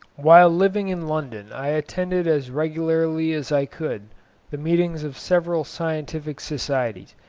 whilst living in london, i attended as regularly as i could the meetings of several scientific societies,